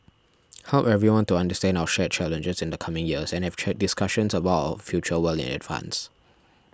help everyone to understand our shared challenges in the coming years and have check discussions about our future well in advance